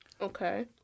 Okay